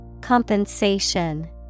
Compensation